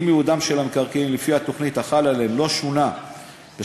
אם ייעודם של המקרקעין לפי התוכנית החלה עליהם לא שונה בשלוש